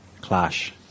clash